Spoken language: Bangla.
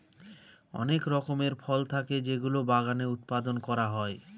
অনেক রকমের ফল থাকে যেগুলো বাগানে উৎপাদন করা হয়